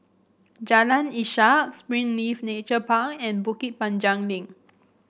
Jalan Ishak Springleaf Nature Park and Bukit Panjang Link